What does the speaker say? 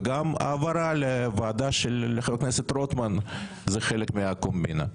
וגם העברה לוועדה של חה"כ רוטמן זה חלק מהקומבינה.